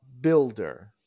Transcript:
Builder